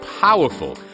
powerful